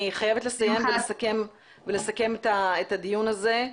אני חייבת לסיים ולסכם את הדיון הזה.